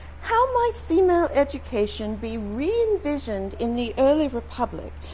how might female education be re-envisioned in the early republic,